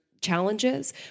challenges